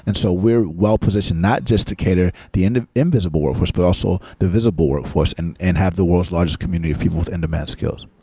and so we're well positioned not just to cater the and invisible workforce, but also the visible workforce and and have the world's largest community of people with in-demand skills.